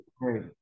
Right